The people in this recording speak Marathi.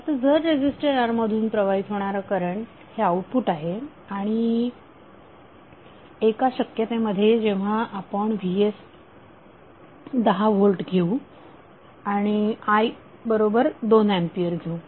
आता जर रेझीस्टर R मधून प्रवाहित होणारा करंट हे आउटपुट आहे आणि एका शक्यते मध्ये जेव्हा आपण vs10V देऊ i2 A घेऊ